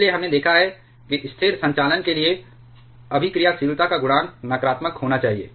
इसलिए हमने देखा है कि स्थिर संचालन के लिए अभिक्रियाशीलता का गुणांक नकारात्मक होना चाहिए